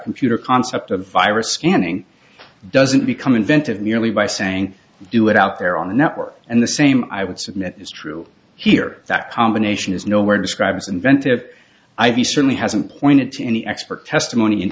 computer concept of virus scanning doesn't become inventive merely by saying do it out there on the network and the same i would submit is true here that combination is nowhere describes inventive i v certainly hasn't pointed to any expert testimony in